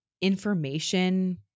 information